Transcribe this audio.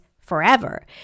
forever